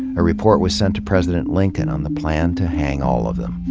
a report was sent to president lincoln on the plan to hang all of them.